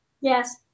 Yes